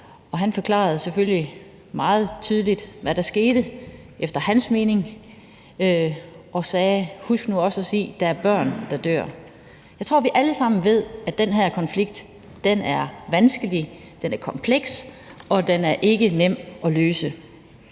selvfølgelig meget tydeligt, hvad der efter hans mening skete, og sagde: Husk nu også at sige, at der er børn, der dør. Jeg tror, vi alle sammen ved, at den her konflikt er vanskelig, kompleks og ikke nem at løse.